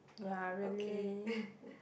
uh okay